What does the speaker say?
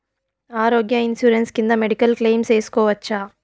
ఆరోగ్య ఇన్సూరెన్సు కింద medical claim సేసుకోవచ్చా?